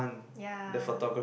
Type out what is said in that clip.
ya